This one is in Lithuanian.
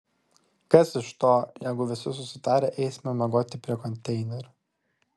kas iš to jeigu visi susitarę eisime miegoti prie konteinerių